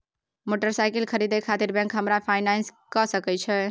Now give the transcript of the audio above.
Motorcycle खरीदे खातिर bank हमरा फिनांस कय सके छै?